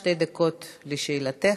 שתי דקות לשאלתך.